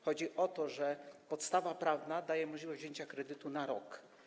Chodzi o to, że podstawa prawna daje możliwość wzięcia kredytu na rok.